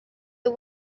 the